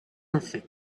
nothing